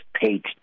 paid